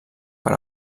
per